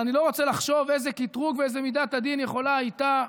אבל אני לא רוצה לחשוב איזה קטרוג ואיזו מידת הדין יכולה הייתה,